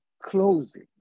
Closing